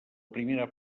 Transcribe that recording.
primera